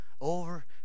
over